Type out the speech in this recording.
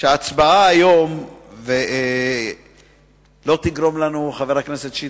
שההצבעה היום לא תגרום לנו, חבר הכנסת שטרית,